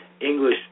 English